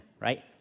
right